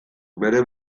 bere